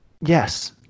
yes